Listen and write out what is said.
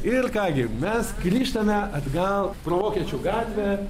ir ką gi mes grįžtame atgal pro vokiečių gatvę